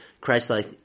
christ-like